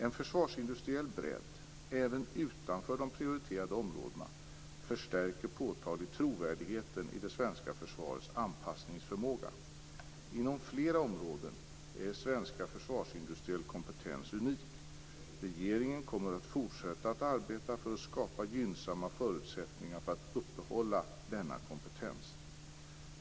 En försvarsindustriell bredd, även utanför de prioriterade områdena, förstärker påtagligt trovärdigheten av det svenska försvarets anpassningsförmåga. Inom flera områden är svensk försvarsindustriell kompetens unik. Regeringen kommer att fortsätta att arbeta för att skapa gynnsamma förutsättningar för upprätthållande av denna kompetens.